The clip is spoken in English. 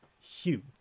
Hugh